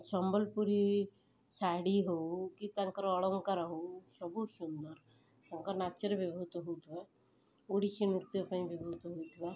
ସମ୍ବଲପୁରୀ ଶାଢ଼ୀ ହେଉ କି ତାଙ୍କର ଅଳଙ୍କାର ହେଉ ସବୁ ସୁନ୍ଦର ତାଙ୍କ ନାଚରେ ବ୍ୟବହୃତ ହେଉଥିବା ଓଡ଼ିଶୀନୃତ୍ୟ ପାଇଁ ବ୍ୟବହୃତ ହେଉଥିବା